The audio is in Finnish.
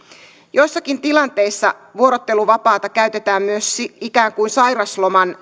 joissakin tilanteissa vuorotteluvapaata käytetään myös ikään kuin sairausloman